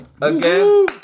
Again